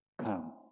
come